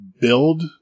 build